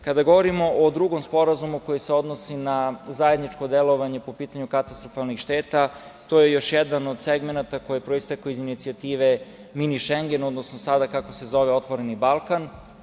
Kada govorimo o drugom sporazumu koji se odnosi na zajedničko delovanje po pitanju katastrofalnih šeta, to je još jedan od segmenata koji je proistekao iz inicijative „Mini Šengen“, odnosno sada kako se zove „Otvoreni Balkan“